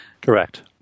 Correct